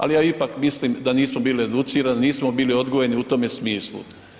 Ali ja ipak mislim da nismo bili educirani, nismo bili odgojeni u tome smislu.